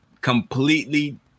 completely